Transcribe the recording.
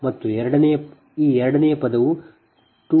ಮತ್ತು ಈ ಎರಡನೆಯ ಪದವು 0